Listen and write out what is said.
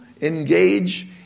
engage